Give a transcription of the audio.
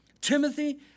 Timothy